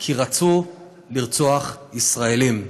כי רצו לרצוח ישראלים.